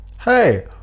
hey